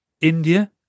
India